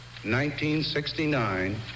1969